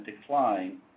decline